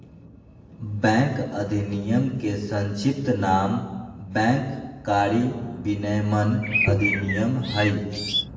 bank अधिनयम के संक्षिप्त नाम बैंक कारी विनयमन अधिनयम हइ